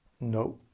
No